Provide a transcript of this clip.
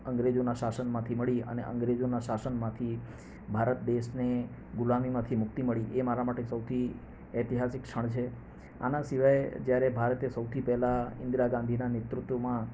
અંગ્રેજોના શાસનમાંથી મળી અને અંગ્રેજોના શાસનમાંથી ભારત દેશને ગુલામીમાંથી મુક્તિ મળી એ મારા માટે સૌથી ઐતિહાસિક ક્ષણ છે આના સિવાય જ્યારે ભારતે સૌથી પહેલા ઇન્દિરા ગાંધીના નેતૃત્વમાં